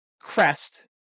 crest